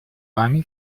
вами